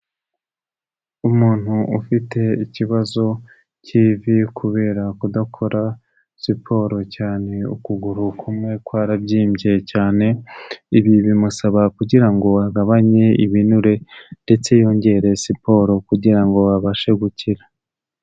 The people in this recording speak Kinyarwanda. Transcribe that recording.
Umuntu ufite ikibazo cy'ivi kubera kudakora siporo cyane, ukuguru kumwe kwarabyimbye cyane, ibi bimusaba kugira ngo agabanye ibinure ndetse yongere siporo kugira ngo abashe gukira.